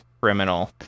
criminal